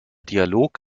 dialog